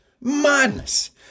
madness